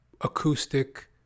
acoustic